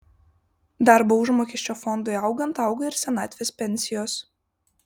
darbo užmokesčio fondui augant auga ir senatvės pensijos